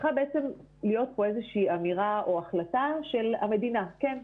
צריכה בעצם להיות פה איזושהי אמירה או החלטה של המדינה כן,